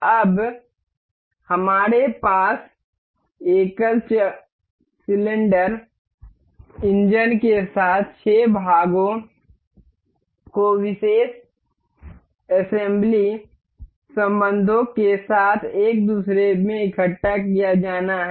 अब हमारे पास एकल सिलेंडर इंजन के इन 6 भागों को विशेष विधानसभा संबंधों के साथ एक दूसरे में इकट्ठा किया जाना है